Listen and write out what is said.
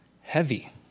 heavy